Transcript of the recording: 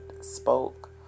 spoke